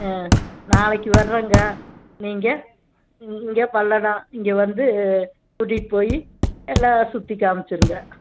ஆ நாளைக்கு வரங்க நீங்கள் இங்கே பல்லடம் இங்கே வந்து கூட்டிகிட்டு போய் எல்லாம் சுற்றி காமிச்சுருங்க